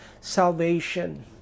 salvation